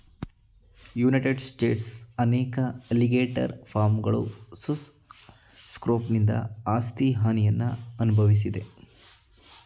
United ಸ್ಟೇಟ್ಸ್ನ ಅನೇಕ alligator ಫಾರ್ಮ್ಗಳು ಸುಸ್ ಸ್ಕ್ರೋಫನಿಂದ ಆಸ್ತಿ ಹಾನಿಯನ್ನು ಅನ್ಭವ್ಸಿದೆ